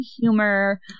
humor